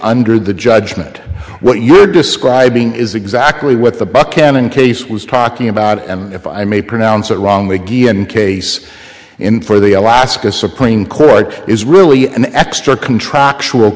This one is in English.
under the judgment what you're describing is exactly what the buckhannon case was talking about and if i may pronounce it wrong again case in for the alaska supreme court is really an extra contractual